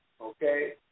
okay